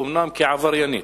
אומנם כעבריינית,